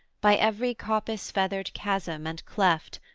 by every coppice-feathered chasm and cleft,